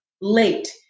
late